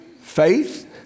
faith